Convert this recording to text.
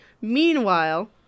Meanwhile